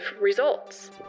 results